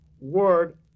word